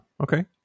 Okay